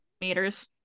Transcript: meters